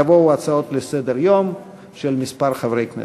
יבואו הצעות לסדר-היום של כמה חברי כנסת.